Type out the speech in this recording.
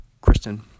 Kristen